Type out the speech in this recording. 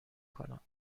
کنم